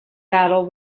battle